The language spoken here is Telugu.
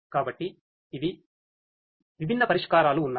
కాబట్టి ఇలా విభిన్న పరిష్కారాలు ఉన్నాయి